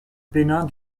bénin